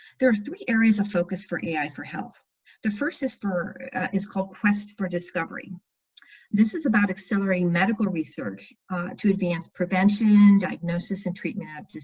there are three areas of focus for ai for health the first is for is called quest for discovery this is about accelerating medical research to advance prevention diagnosis and treatment. but